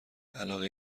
علاقه